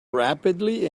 rapidly